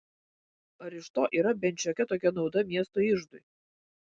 ar iš to yra bent šiokia tokia nauda miesto iždui